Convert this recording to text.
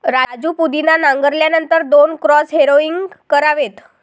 राजू पुदिना नांगरल्यानंतर दोन क्रॉस हॅरोइंग करावेत